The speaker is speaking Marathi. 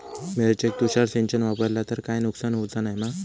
मिरचेक तुषार सिंचन वापरला तर काय नुकसान होऊचा नाय मा?